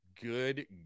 Good